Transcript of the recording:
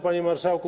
Panie Marszałku!